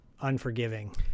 unforgiving